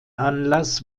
anlass